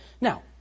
Now